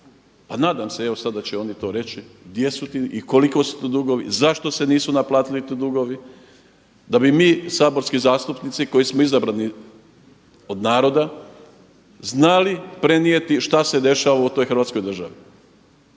pa nadam se evo da će oni to reći gdje su ti i koliki su ti dugovi, zašto se nisu naplatili ti dugovi da bi mi saborski zastupnici koji smo izabrani od naroda znali prenijeti šta se dešava u toj Hrvatskoj državi.